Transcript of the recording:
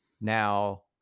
now